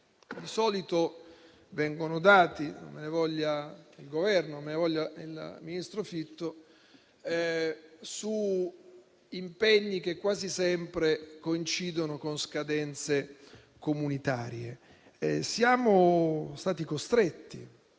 di solito vengono date - non me ne voglia il ministro Fitto - su impegni che quasi sempre coincidono con scadenze comunitarie. Siamo stati costretti,